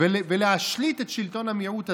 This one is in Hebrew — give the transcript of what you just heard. ולהשליט את שלטון המיעוט הזה,